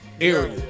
area